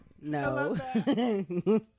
no